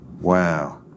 Wow